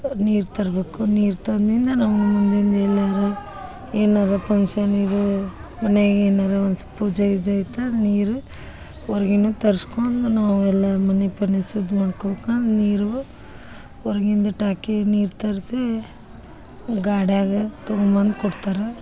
ನೀರು ತರ್ಬೇಕು ನೀರು ತಂದು ಇಂದ ನಮ್ಗೆ ಮುಂದಿದ್ ಎಲ್ಯಾರೂ ಏನಾರೂ ಪಂಕ್ಷನ್ ಇದು ಮನೆಗೆ ಏನಾರೂ ಒಂದು ಸ್ ಪೂಜೆ ಗಿಜೆ ಇತ್ತು ಅಂದ್ರೆ ನೀರು ಹೊರ್ಗಿಂದ ತರ್ಸ್ಕೊಂಡು ನಾವು ಎಲ್ಲ ಮನೆ ಪನಿ ಶುದ್ಧ ಮಾಡ್ಕೊಬೇಕು ಅಂದು ನೀರು ಹೊರ್ಗಿಂದ್ ಟಾಕಿ ನೀರು ತರಿಸಿ ಗಾಡಿಯಾಗ ತೊಗೊಂಬಂದು ಕೊಡ್ತಾರೆ